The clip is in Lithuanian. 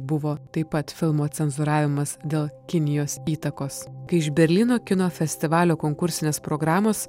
buvo taip pat filmo cenzūravimas dėl kinijos įtakos kai iš berlyno kino festivalio konkursinės programos